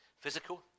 physical